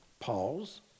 Pause